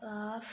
of